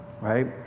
right